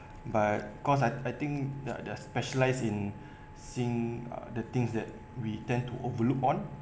but cause I I think they're they're specialise in sing~ uh the things that we tend to overlook on